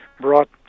brought